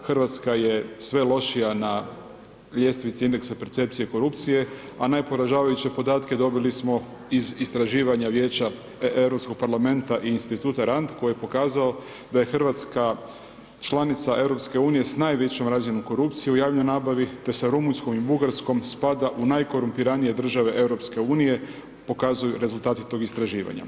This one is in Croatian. Hrvatska je sve lošija na ljestvici indeksa percepcije i korupcije, a najporažavajuće podatke dobili smo iz istraživanja vijeća Europskog parlamenta i instituta Rabt, koji je pokazao da je Hrvatska članica EU s najvećom razinom korupcije u javnoj nabavi, te sa Rumunjskoj i Bugarskoj spada u najkorumpiranije države EU, pokazuju rezultati tog istraživanja.